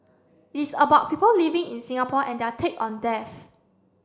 it is about people living in Singapore and their take on death